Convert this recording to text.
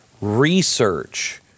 research